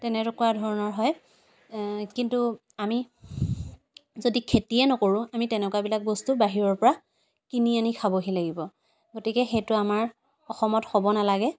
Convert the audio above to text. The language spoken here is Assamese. তেনেকুৱা ধৰণৰ হয় কিন্তু আমি যদি খেতিয়ে নকৰোঁ তেনেকুৱাবিলাক বস্তু বাহিৰৰপৰা কিনি আনি খাবহি লাগিব গতিকে সেইটো আমাৰ অসমত হ'ব নালাগে